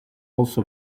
also